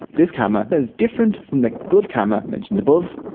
this kama is different from the good kama mentioned above.